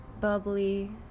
bubbly